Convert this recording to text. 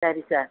சரி சார்